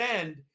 end